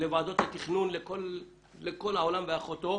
לוועדות התכנון ולכל העולם ואחותו,